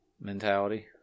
mentality